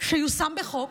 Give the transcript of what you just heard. שיושם בחוק,